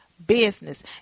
business